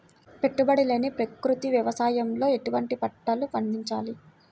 పెట్టుబడి లేని ప్రకృతి వ్యవసాయంలో ఎటువంటి పంటలు పండించాలి?